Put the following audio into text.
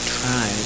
try